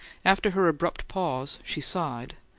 after her abrupt pause, she sighed,